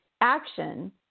Action